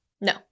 No